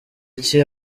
iki